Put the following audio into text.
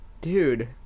dude